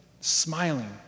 smiling